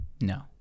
No